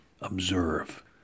observe